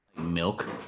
Milk